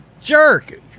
Jerk